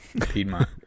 Piedmont